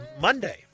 Monday